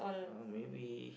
uh maybe